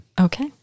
Okay